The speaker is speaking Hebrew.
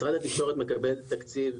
משרד התקשורת מקדם תקציב